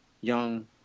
young